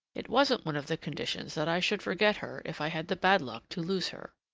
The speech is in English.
it wasn't one of the conditions that i should forget her if i had the bad luck to lose her.